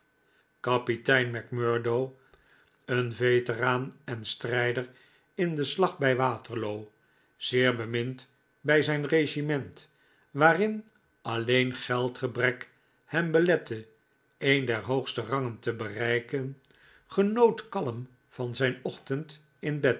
kapitein macmurdo een veteraan en strijder in den slag bij waterloo zeer bemind bij zijn regiment waarin alleen geldgebrek hem belette een der hoogste rangen te bereiken genoot kalm van zijn ochtend in bed